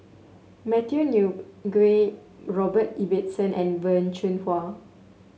Matthew new gui Robert Ibbetson and Wen Jinhua